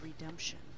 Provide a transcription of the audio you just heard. Redemption